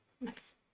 Nice